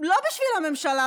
לא בשביל הממשלה,